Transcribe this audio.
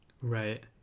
right